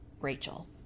Rachel